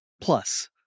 Plus